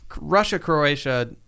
Russia-Croatia